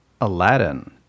Aladdin